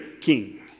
king